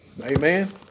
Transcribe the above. Amen